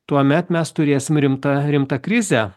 tuomet mes turėsim rimtą rimtą krizę